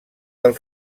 del